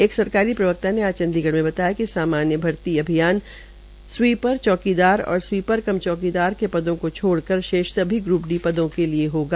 एक सरकारी प्रवक्ता ने आज चंडीगढ़ में बताया कि सामान्य भर्ती अभियान स्वीपर चौकीदार और स्वीपर कम चौकीदार के पदों को छोड़कर शेष सभी ग्र्प डी पदों के लिए होगा